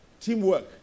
Teamwork